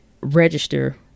register